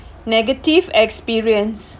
negative experience